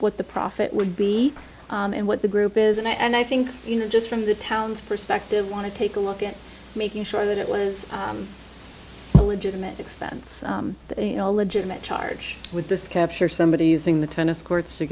what the profit would be and what the group is and i think you know just from the town's perspective want to take a look at making sure that it was a legitimate expense you know legitimate charge with this capture somebody using the tennis courts to